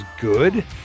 good